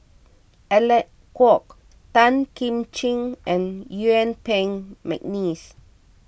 Alec Kuok Tan Kim Ching and Yuen Peng McNeice